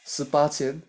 十八千